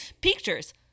Pictures